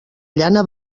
llana